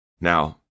Now